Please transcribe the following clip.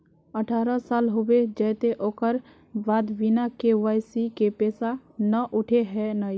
अठारह साल होबे जयते ओकर बाद बिना के.वाई.सी के पैसा न उठे है नय?